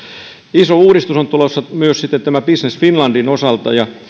iso uudistus on tulossa myös sitten business finlandin osalta ja